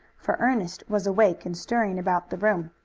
for ernest was awake and stirring about the room.